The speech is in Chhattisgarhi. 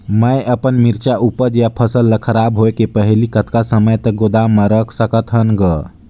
मैं अपन मिरचा ऊपज या फसल ला खराब होय के पहेली कतका समय तक गोदाम म रख सकथ हान ग?